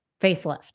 facelift